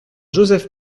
joseph